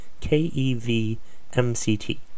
K-E-V-M-C-T